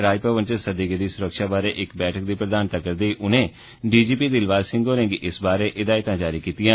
राजभवन च सद्दी गेदी सुरक्षा बारै इक बैठक दी प्रधानता करदे होई उनें डीजीपी दिलबाग सिंह होरेंगी इस बारै हिदायतां जारी कीतियां